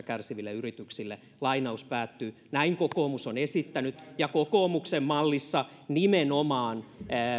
kärsiville yrityksille näin kokoomus on esittänyt ja kokoomuksen mallissa nimenomaan